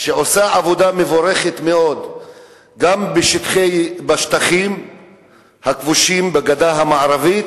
שעושה עבודה מבורכת מאוד גם בשטחים הכבושים בגדה המערבית,